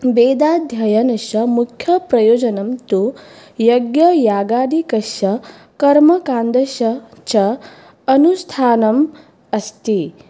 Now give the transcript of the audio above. वेदाध्ययनस्य मुख्यप्रयोजनं तु यज्ञयागादिकस्य कर्मकाण्डस्य च अनुस्थानम् अस्ति